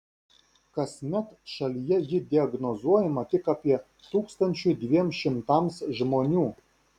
kasmet šalyje ji diagnozuojama tik apie tūkstančiui dviem šimtams žmonių